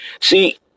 See